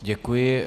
Děkuji.